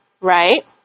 right